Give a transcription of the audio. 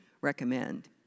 recommend